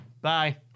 Bye